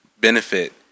benefit